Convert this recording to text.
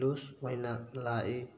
loose ꯑꯣꯏꯅ ꯂꯥꯛꯏ